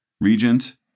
Regent